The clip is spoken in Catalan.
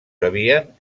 sabien